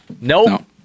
no